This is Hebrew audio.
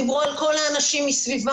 דיברו על כל האנשים מסביבם,